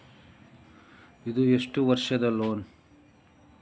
ಇದು ಎಷ್ಟು ವರ್ಷದ ಲೋನ್?